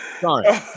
Sorry